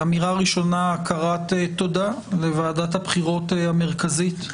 אמירה ראשונה היא הכרת תודה לוועדת הבחירות המרכזית,